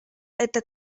это